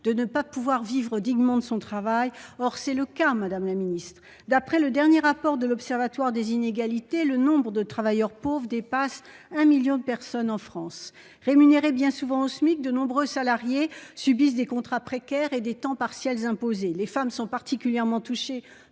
de ne pouvoir vivre dignement de son travail. Or c'est bien ce qui se passe, madame la ministre ! Selon le dernier rapport de l'Observatoire des inégalités, le nombre de travailleurs pauvres en France est supérieur à un million. Rémunérés bien souvent au Smic, de nombreux salariés subissent des contrats précaires et des temps partiels imposés. Les femmes sont particulièrement touchées